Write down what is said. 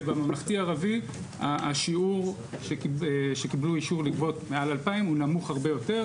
ובממלכתי ערבי השיעור שקיבלו אישור לגבות מעל 2,000 הוא נמוך הרבה יותר,